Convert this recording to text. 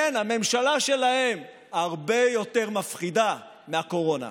כן, הממשלה שלהם, הרבה יותר מפחידה מהקורונה.